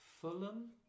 Fulham